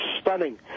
stunning